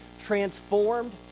transformed